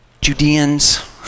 Judeans